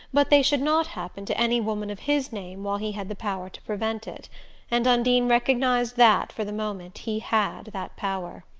but they should not happen to any woman of his name while he had the power to prevent it and undine recognized that for the moment he had that power.